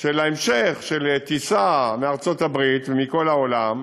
של ההמשך: טיסה מארצות-הברית ומכל העולם